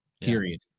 Period